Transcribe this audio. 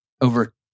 over